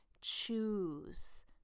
choose